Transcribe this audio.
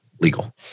legal